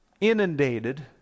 inundated